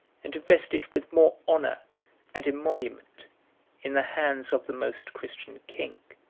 and to vest it with more honor and emolument in the hands of the most christian king.